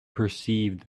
perceived